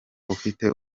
ufite